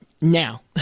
Now